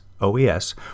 OES